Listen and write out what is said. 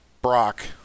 Brock